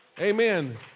Amen